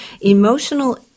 emotional